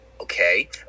okay